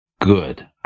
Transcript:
good